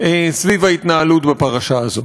סביב ההתנהלות בפרשה הזאת.